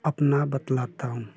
अपना बतलाता हूँ